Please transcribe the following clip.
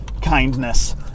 kindness